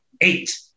Eight